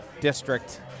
district